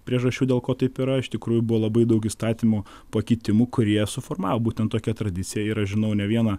priežasčių dėl ko taip yra iš tikrųjų buvo labai daug įstatymų pakeitimų kurie suformavo būtent tokia tradicija ir aš žinau ne vieną